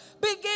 begin